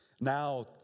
now